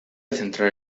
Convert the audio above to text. central